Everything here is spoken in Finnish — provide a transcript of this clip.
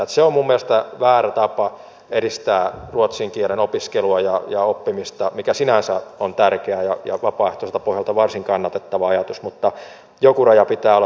se on minun mielestäni väärä tapa edistää ruotsin kielen opiskelua ja oppimista mitkä sinänsä ovat tärkeitä ja vapaaehtoiselta pohjalta varsin kannatettavia ajatuksia mutta joku raja pitää olla tässä propagandassakin